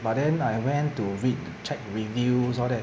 but then I went to read check reviews all that